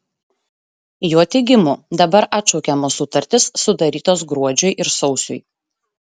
jo teigimu dabar atšaukiamos sutartys sudarytos gruodžiui ir sausiui